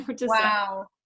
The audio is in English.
Wow